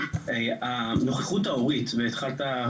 הנוכחות ההורית והתחלת,